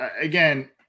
again